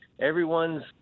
Everyone's